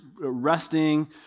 resting